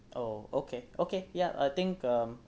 oh okay okay yup I think um